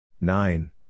Nine